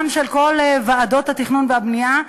גם של כל ועדות התכנון והבנייה,